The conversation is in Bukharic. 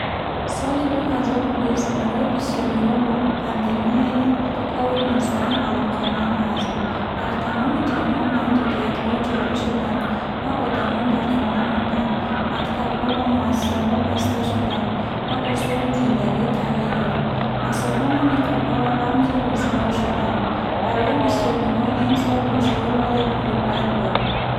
Соли дуҳазору бист барои бисёриҳо бо пандемияи ковид нуздаҳ алоқаманд аст. Дар тамоми ҷаҳон маҳдудиятҳо ҷорӣ шуданд ва одамон дар хона монданд. Мактабҳо ва муассисаҳо баста шуданд, ва усули зиндагӣ тағйир ёфт. Масофа ва ниқобҳоро рамзи рӯзгор шуданд. Барои бисёриҳо ин сол душвор, вале пурибрат буд.